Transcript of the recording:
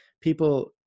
people